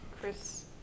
Chris